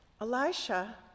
Elisha